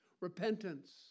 repentance